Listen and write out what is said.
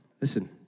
Listen